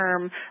term